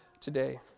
today